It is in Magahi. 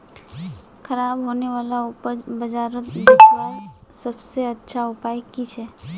ख़राब होने वाला उपज बजारोत बेचावार सबसे अच्छा उपाय कि छे?